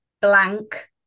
blank